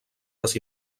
les